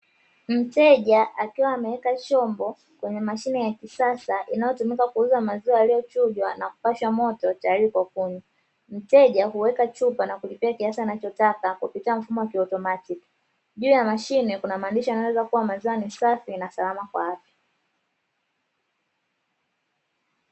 Mteja akiwa ameweka chombo kwenye mashine ya kisasa inayotumika kuuza maziwa yaliyochujwa na kupashwa moto tayari kwa kunywa. Mteja huweka chupa na kulipia kiasi anachotaka kupitia mfumo wa kiautomatiki. Juu ya mashine kuna maandishi yanayoeleza kuwa maziwa ni safi na salama kwa afya.